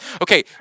Okay